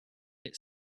its